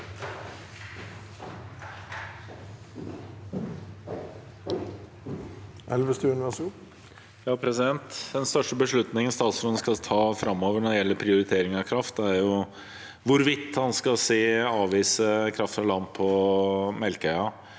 Den største beslut- ningen statsråden skal ta framover når det gjelder prioritering av kraft, er hvorvidt han skal avvise kraft fra land på Melkøya